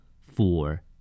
Four